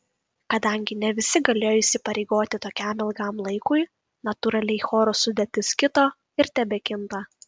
kadangi ne visi galėjo įsipareigoti tokiam ilgam laikui natūraliai choro sudėtis kito ir tebekinta